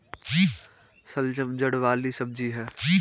शलजम जड़ वाली सब्जी है